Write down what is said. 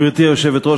גברתי היושבת-ראש,